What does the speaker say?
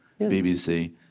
BBC